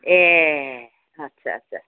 ए आस्सा आस्सा